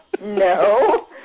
No